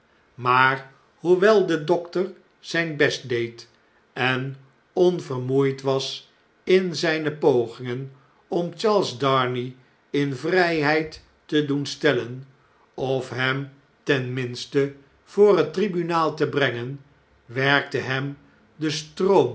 maar hoewel de dokter zyn best deed en onvermoeid was in zn'ne pogingen om charles darnay in vrjjheid te doen stellen of hem ten minste voor het tribunaal te brengen werkte hem de